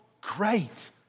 great